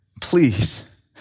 please